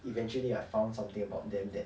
eventually I found something about them that